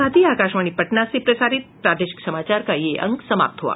इसके साथ ही आकाशवाणी पटना से प्रसारित प्रादेशिक समाचार का ये अंक समाप्त हुआ